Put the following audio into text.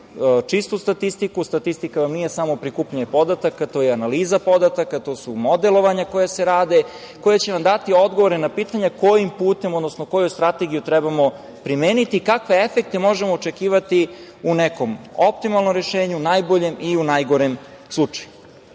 čistu statistiku, statistika vam nije samo prikupljanje podataka, to je analiza podataka, to su modelovanja koja se rade, koji će vam dati odgovore na pitanja kojim putem odnosno koju strategiju trebamo primeniti i kakve efekte možemo očekivati u nekom optimalnom rešenju, najboljem i u najgorem slučaju. Sa